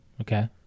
Okay